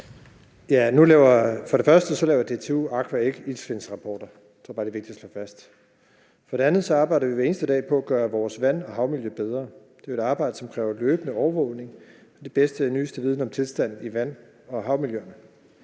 – det var bare lige vigtigt at slå fast. For det andet arbejder vi hver eneste dag på at gøre vores vand- og havmiljø bedre. Det er et arbejde, som kræver løbende overvågning og den bedste og nyeste viden om tilstanden i vand- og havmiljøerne.